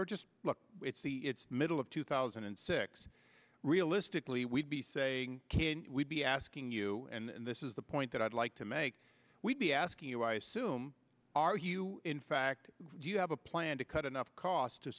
or just look it's the middle of two thousand and six realistically we'd be saying can we be asking you and this is the point that i'd like to make we'd be asking you i assume are you in fact do you have a plan to cut enough costs to